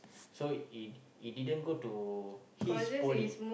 so it he didn't go to his poly